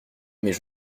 mais